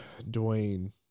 Dwayne